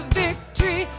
victory